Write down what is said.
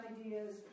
ideas